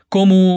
como